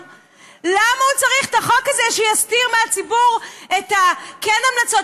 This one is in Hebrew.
למה הוא צריך את החוק הזה שיסתיר מהציבור את ה-כן המלצות,